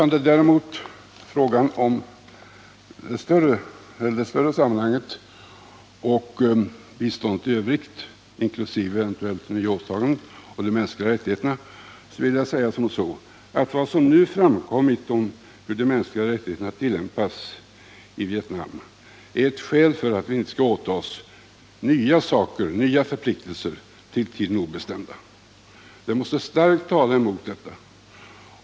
När det gäller det större sammanhanget och biståndet i övrigt inkl. eventuella nya åtaganden och de mänskliga rättigheterna vill jag däremot säga att det som nu framkommit om hur de mänskliga rättigheterna tillämpas i Vietnam är ett skäl för att vi inte skall åta oss nya förpliktelser på obestämd tid. Det måste starkt tala emot något sådant.